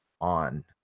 on